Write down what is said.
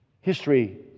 history